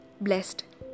blessed